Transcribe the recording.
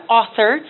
author